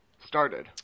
started